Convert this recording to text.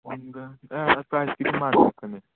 ꯑꯥ ꯄ꯭ꯔꯥꯏꯁꯇꯤ ꯂꯣꯏ ꯃꯥꯟꯅꯔꯛꯀꯅꯤ